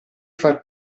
far